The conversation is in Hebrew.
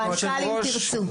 מנכ"ל 'אם תרצו',